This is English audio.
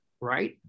right